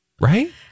right